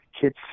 Kids